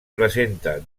presenta